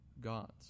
gods